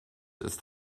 ist